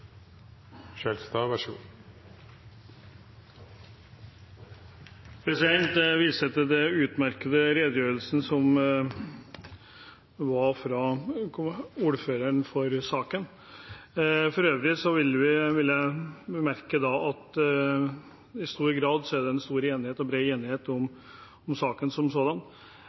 Jeg viser til den utmerkede redegjørelsen fra ordføreren for saken. For øvrig vil jeg bemerke at det i stor grad er bred enighet om saken som sådan. Venstre og